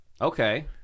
Okay